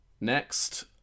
Next